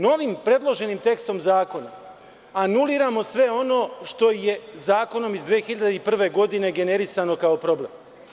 Novim predloženim tekstom zakona anuliramo sve ono što je zakonom iz 2001. godine generisano kao problem.